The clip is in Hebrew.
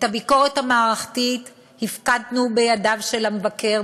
את הביקורת המערכתית הפקדנו בידיו של המבקר,